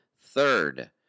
third